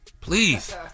Please